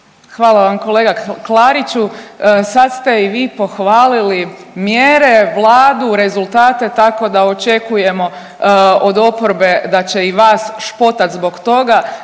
Hvala vam kolega Klariću. Sada ste i vi pohvalili mjere, Vladu, rezultate tako da očekujemo od oporbe da će i vas špotati zbog toga